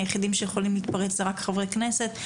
היחידים שיכולים להתפרץ זה רק חברי כנסת.